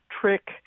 trick